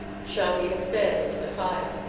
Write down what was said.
charmian stared into the fire.